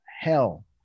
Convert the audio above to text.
hell